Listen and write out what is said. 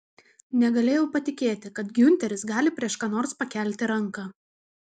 negalėjau patikėti kad giunteris gali prieš ką nors pakelti ranką